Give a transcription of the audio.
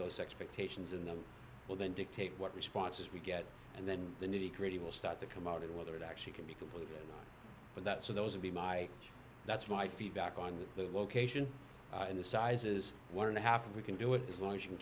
those expectations in them will then dictate what responses we get and then the nitty gritty will start to come out and whether it actually can be completed with that so those would be my that's my feedback on that location in the sizes one and a half we can do it as long as you